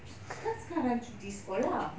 kan sekarang cuti sekolah